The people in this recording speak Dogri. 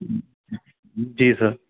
जी सर